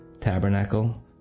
tabernacle